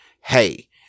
Hey